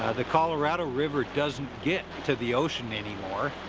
ah the colorado river doesn't get to the ocean anymore.